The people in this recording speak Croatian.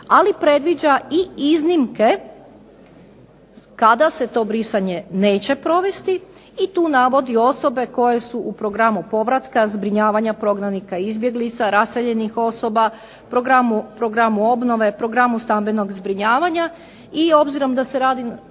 ali predviđa i iznimke kada se to brisanje neće provesti, i tu navodi osobe koje su u programu povratka, zbrinjavanja prognanika i izbjeglica, raseljenih osoba, programu obnove, programu stambenog zbrinjavanja i obzirom da se radi